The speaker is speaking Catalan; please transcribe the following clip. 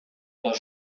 tot